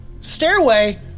stairway